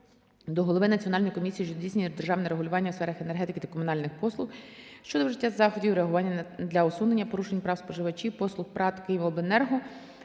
до Голови Національної комісії, що здійснює державне регулювання у сферах енергетики та комунальних послуг щодо вжиття заходів реагування для усунення порушень прав споживачів послуг ПрАТ "Київобленерго"